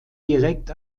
direkt